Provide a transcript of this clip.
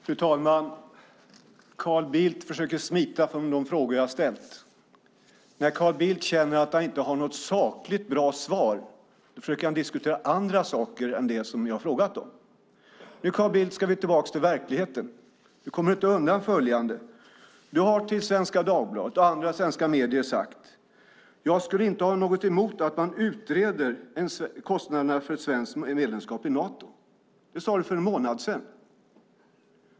Fru talman! Carl Bildt försöker smita från de frågor jag har ställt. När Carl Bildt känner att han inte har ett sakligt bra svar försöker han diskutera andra saker än det som jag har frågat om. Nu, Carl Bildt, ska vi tillbaka till verkligheten. Du kommer inte undan följande: Du har till Svenska Dagbladet och andra svenska medier sagt att du inte skulle ha något emot att utreda kostnaderna för ett svenskt medlemskap i Nato. Det sade du för en månad sedan.